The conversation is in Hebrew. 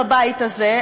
בבית הזה,